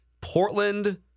Portland